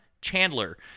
Chandler